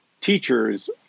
teachers